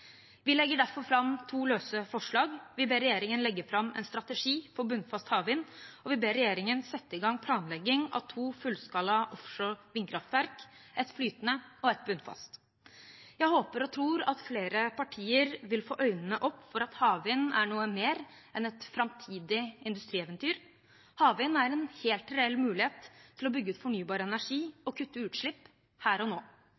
Vi legger derfor fram to løse forslag: Vi ber regjeringen legge fram en strategi for bunnfast havvind, og vi ber regjeringen sette i gang planlegging av to fullskala offshore vindkraftverk, et flytende og et bunnfast. Jeg håper og tror at flere partier vil få øynene opp for at havvind er noe mer enn et framtidig industrieventyr. Havvind er en helt reell mulighet til å bygge ut fornybar energi og kutte utslipp her og nå.